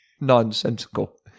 nonsensical